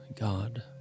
God